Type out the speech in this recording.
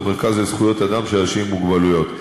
המרכז לזכויות אדם של אנשים עם מוגבלויות.